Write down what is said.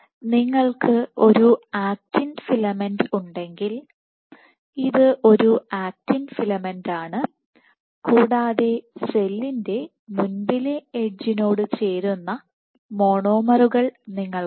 നിങ്ങൾക്ക് ഒരു actin filament ഉണ്ടെങ്കിൽ ഇതൊരു ആക്റ്റിൻ ഫിലമെന്റ് ആണ് കൂടാതെ സെല്ലിന്റെ മുൻപിലെ എഡ്ജിനോട് ചേരുന്ന മോണോമറുകൾ നിങ്ങൾക്കുണ്ട്